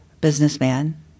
businessman